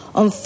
on